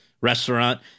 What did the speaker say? restaurant